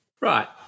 Right